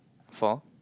for